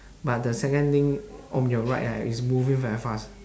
but the second lane on your right right is moving very fast